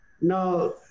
now